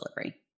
delivery